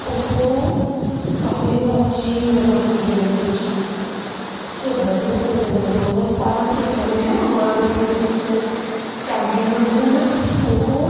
ਉਹ ਕਾਫੀ ਜ਼ਿਆਦਾ ਅੱਛੀ ਮਤਲਬ ਆਪਣੀ ਗੇਮ ਦੇ ਵਿੱਚ ਖੇਡਦਾ ਸੀਗਾ ਅਤੇ ਜਦੋਂ ਮੈਂ ਦੋ ਹਜ਼ਾਰ ਸਤਾਰਾਂ 'ਚ ਦੇਖਿਆ ਸੀ ਮੈਨੇ ਵਰਲਡ ਅਥਲੈਟਿਕਸ ਚੈਂਪੀਅਨ ਹੁੰਦੇ ਨੇ ਨਾ ਉਹ